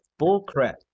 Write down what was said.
bullcrap